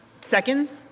seconds